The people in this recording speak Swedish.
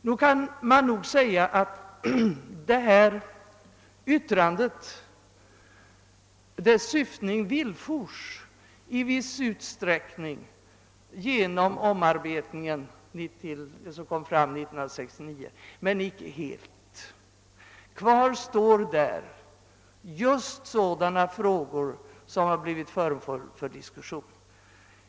Nu kan man nog säga att önskemålen 1 viss utsträckning — men inte helt — villfors genom den omarbetning som blev färdig 1969. Kvar står just sådana frågor som blivit föremål för diskussion.